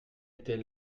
étais